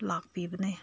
ꯂꯥꯛꯄꯤꯕꯅꯦ